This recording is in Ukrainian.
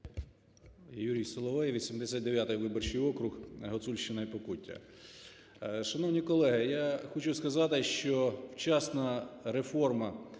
Юрій Соловей, 89 виборчий округ, Гуцульщина і Покуття. Шановні колеги, я хочу сказати, що вчасна реформа,